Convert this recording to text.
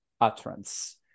utterance